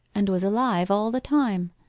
and was alive all the time.